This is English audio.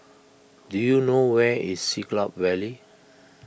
do you know where is Siglap Valley